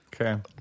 Okay